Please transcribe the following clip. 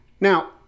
Now